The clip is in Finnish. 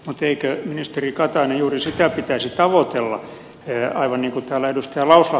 mutta eikö ministeri katainen juuri sitä pitäisi tavoitella aivan niin kuin täällä ed